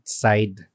side